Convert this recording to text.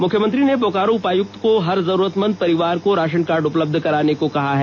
मुख्यमंत्री ने बोकारो उपायुक्त को हर जरूरतमंद परिवार को राशन कार्ड उपलब्य कराने को कहा है